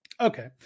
Okay